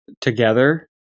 together